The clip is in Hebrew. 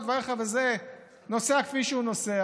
אבל גם כשיש מחלוקות והרכב הזה נוסע כפי שהוא נוסע,